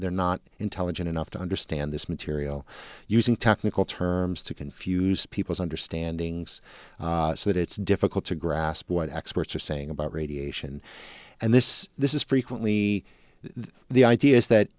they're not intelligent enough to understand this material using technical terms to confuse people's understanding so that it's difficult to grasp what experts are saying about radiation and this this is frequently the idea is that